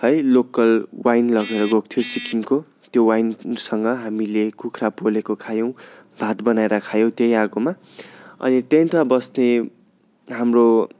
है local wine लोगेर गएको थियो सिक्किमको त्यो वाइनसँग हामीले कुखुरा पोलेको खायौँ भात बनाएर खायौँ त्यही आगोमा अनि टेन्टमा बस्ने हाम्रो